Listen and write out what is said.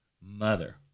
mother